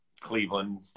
Cleveland